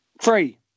Three